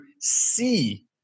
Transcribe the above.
see